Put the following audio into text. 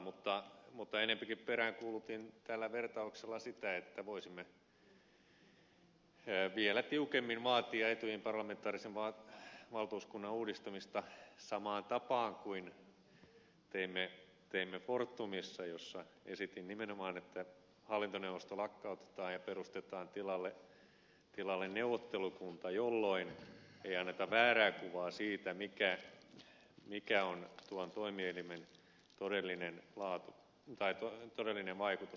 mutta ennemminkin peräänkuulutin tällä vertauksella sitä että voisimme vielä tiukemmin vaatia etyjin parlamentaarisen valtuuskunnan uudistamista samaan tapaan kuin teimme fortumissa jossa esitin nimenomaan että hallintoneuvosto lakkautetaan ja perustetaan tilalle neuvottelukunta jolloin ei anneta väärää kuvaa siitä mikä on tuon toimielimen todellinen vaikutus